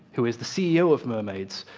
who is the ceo of mermaids,